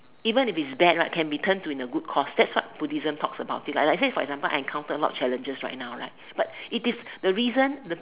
even if he's bad right can be turned into a good course that's what Buddhism talks about is like like right now I encounter a lot of challenges right now right but it is the reason